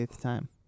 time